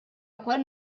wkoll